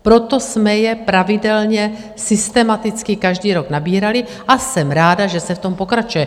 Proto jsme je pravidelně systematicky každý rok nabírali a jsem ráda, že se v tom pokračuje.